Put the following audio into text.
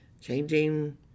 changing